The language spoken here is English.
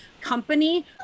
company